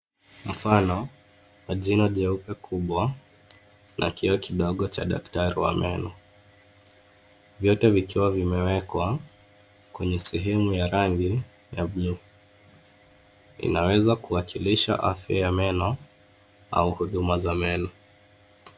Mfano wa jino jeupe kubwa na kioo kidogo cha daktari wa meno, vyote vikiwa vimewekwa kwenye sehemu ya rangi ya bluu. Inaweza kuwakilisha afya ya meno au huduma za meno.